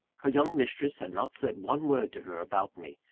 her young mistress had not said one word to her about me,